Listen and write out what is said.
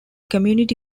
community